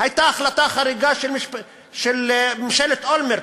הייתה החלטה חריגה של ממשלת אולמרט,